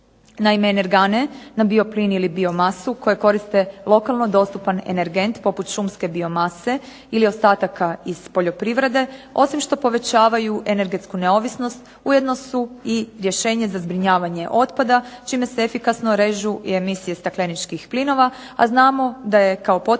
Naime, energane na bioplin ili biomasu koje koriste lokalno dostupan energent poput šumske biomase ili ostataka iz poljoprivrede osim što povećavaju energetsku neovisnost ujedno su i rješenje za zbrinjavanje otpada čime se efikasno režu i emisije stakleničkih plinova, a znamo da je kao potpisnica